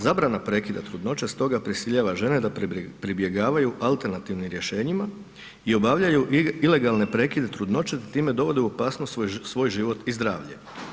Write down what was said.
Zabrana prekida trudnoće stoga prisiljava žene da pribjegavaju alternativnim rješenjima i obavljaju ilegalne prekide trudnoće da time dovode u opasnost svoj život i zdravlje.